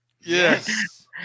Yes